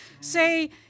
Say